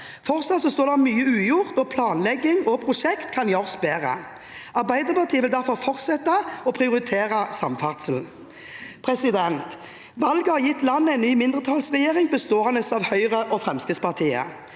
står det mye ugjort, og planlegging og prosjekter kan gjøres bedre. Arbeiderpartiet vil derfor fortsette å prioritere samferdsel. Valget har gitt landet en ny mindretallsregjering bestående av Høyre og Fremskrittspartiet.